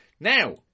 Now